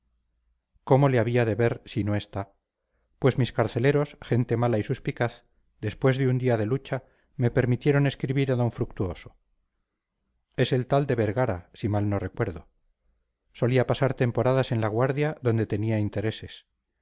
cómo le había de ver si no está pues mis carceleros gente mala y suspicaz después de un día de lucha me permitieron escribir a d fructuoso es el tal de vergara si mal no recuerdo solía pasar temporadas en la guardia donde tenía intereses